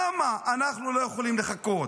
למה אנחנו לא יכולים לחכות.